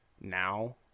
now